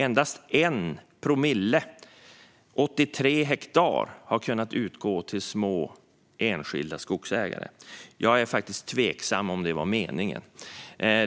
Endast 1 promille, 83 hektar, har kunnat utgå till små, enskilda skogsägare. Jag tvivlar på att det var meningen.